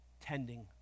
tending